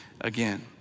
again